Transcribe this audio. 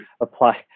apply